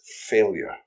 failure